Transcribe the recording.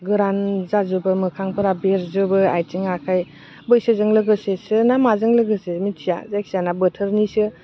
गोरान जाजोबो मोखांफ्रा बेरजोबो आथिं आखाय बैसोजों लोगोसेसो ना माजों लोगोसे मिथिया जायखियाना बोथोरनिसो